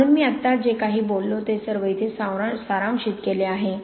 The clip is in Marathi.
म्हणून मी आत्ताच जे काही बोललो ते सर्व इथे सारांशित केले आहे